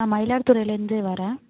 நான் மயிலாடுதுறையில் இருந்து வரேன்